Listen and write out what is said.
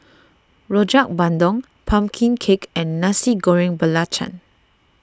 Rojak Bandung Pumpkin Cake and Nasi Goreng Belacan